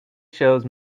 shows